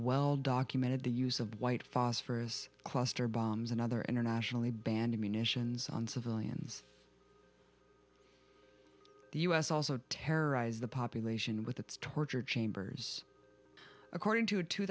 well documented the use of white phosphorous cluster bombs and other internationally banned munitions on civilians the us also terrorize the population with its torture chambers according to a two